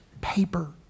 paper